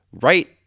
right